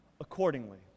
accordingly